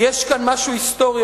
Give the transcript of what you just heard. "יש כאן משהו היסטורי",